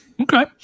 Okay